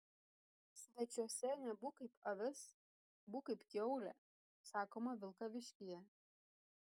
svečiuose nebūk kaip avis būk kaip kiaulė sakoma vilkaviškyje